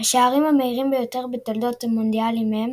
השערים המהירים ביותר בתולדות המונדיאלים הם